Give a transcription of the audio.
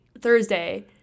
Thursday